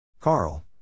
Carl